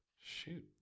shoot